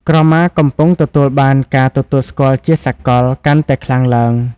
ក្រមាកំពុងទទួលបាន ការទទួលស្គាល់ជាសកល កាន់តែខ្លាំងឡើង។